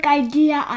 idea